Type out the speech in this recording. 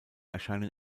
erscheinen